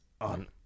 on